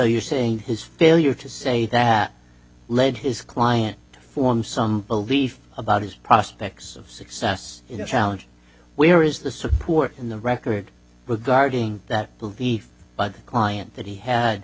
you're saying his failure to say that led his client to form some belief about his prospects of success in a challenge where is the support in the record with guarding that belief by the client that he had